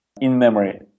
in-memory